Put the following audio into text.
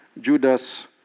Judas